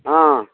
ಹಾಂ